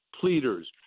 pleaders